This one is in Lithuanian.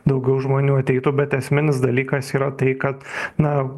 daugiau žmonių ateitų bet esminis dalykas yra tai kad na